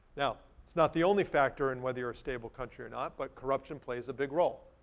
now, it's not the only factor in whether you're a stable country or not, but corruption plays a big role.